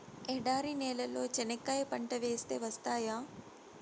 ఎడారి నేలలో చెనక్కాయ పంట వేస్తే వస్తాయా?